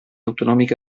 autonòmica